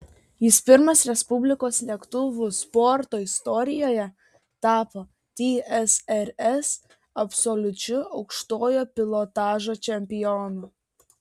jis pirmas respublikos lėktuvų sporto istorijoje tapo tsrs absoliučiu aukštojo pilotažo čempionu